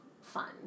fun